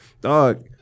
dog